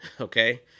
okay